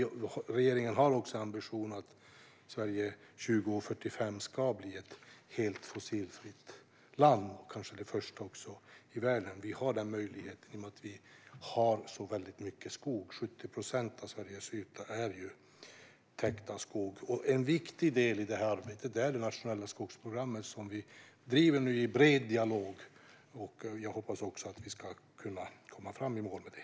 Regeringen har ambitionen att Sverige år 2045 ska bli ett helt fossilfritt land och kanske det första i världen. Vi har den möjligheten i och med att vi har så mycket skog. Det är 70 procent av Sveriges yta som är täckt av skog. En viktig del i arbetet är det nationella skogsprogrammet som vi nu driver i bred dialog. Jag hoppas att vi ska kunna gå i mål med det.